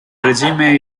regime